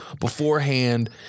beforehand